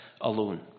alone